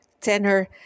tenor